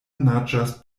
naĝas